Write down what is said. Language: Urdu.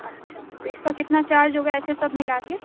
اچھا تو اِس کا کتنا چارج ہوگا ایسے سب ملا کے